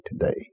today